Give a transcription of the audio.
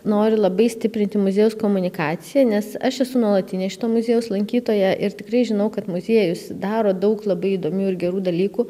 noriu labai stiprinti muziejaus komunikaciją nes aš esu nuolatinė šito muziejaus lankytoja ir tikrai žinau kad muziejus daro daug labai įdomių ir gerų dalykų